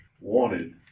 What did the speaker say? wanted